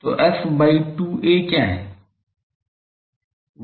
तो f by 2a क्या है